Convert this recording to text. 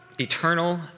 eternal